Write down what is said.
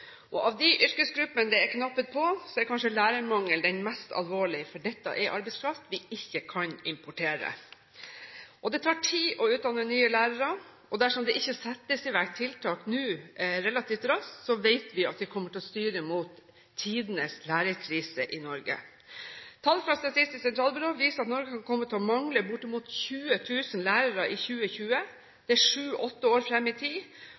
og blant de yrkesgruppene det er knapphet på, er lærere og lærermangelen kanskje den mest alvorlige, for dette er arbeidskraft vi ikke kan importere. Det tar tid å utdanne nye lærere, og dersom det ikke settes i verk tiltak relativt raskt, vet vi at vi kommer til å styre mot tidenes lærerkrise i Norge. Tall fra Statistisk sentralbyrå viser at Norge kan komme til å mangle bortimot 20 000 lærere i 2020. Det er sju–åtte år fram i tid,